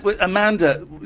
Amanda